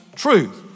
truth